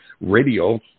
radio